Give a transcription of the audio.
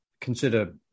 consider